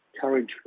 courage